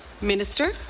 minister.